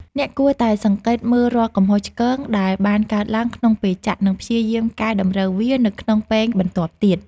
អ្នកគួរតែសង្កេតមើលរាល់កំហុសឆ្គងដែលបានកើតឡើងក្នុងពេលចាក់ និងព្យាយាមកែតម្រូវវានៅក្នុងពែងបន្ទាប់ទៀត។